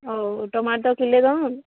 ହଉ tomato kilo ଦଅନ୍ତୁ